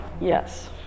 yes